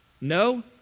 No